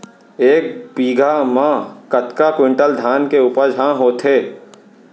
एक बीघा म कतका क्विंटल धान के उपज ह होथे?